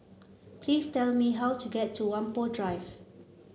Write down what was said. please tell me how to get to Whampoa Drive